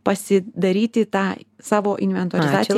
pasidaryti tą savo inventorizaciją